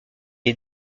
est